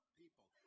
people